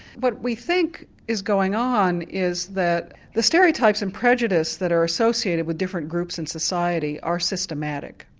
what we think is going on is that the stereotypes and prejudice that are associated with different groups in society are systematic.